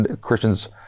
Christians